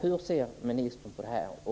Hur ser ministern på detta?